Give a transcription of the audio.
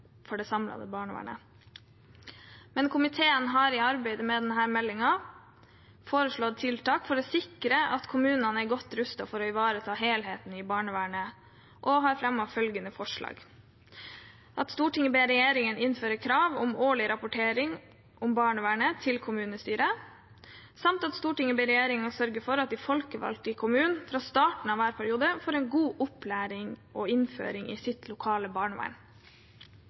det samlede barnevernet. Men komiteen har i arbeidet med denne meldingen foreslått tiltak for å sikre at kommunene er godt rustet for å ivareta helheten i barnevernet, og har fremmet forslag om at Stortinget ber regjeringen innføre krav om årlig rapportering om barnevernet til kommunestyret, samt at Stortinget ber regjeringen sørge for at de folkevalgte i kommunen ved starten av hver periode får en god opplæring og innføring i sitt lokale barnevern.